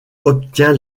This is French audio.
obtient